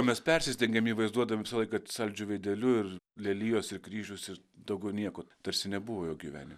mes persistengėm jį vaizduodami visą laiką saldžiu veideliu ir lelijos ir kryžius ir daugiau nieko tarsi nebuvo jo gyvenime